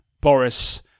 Boris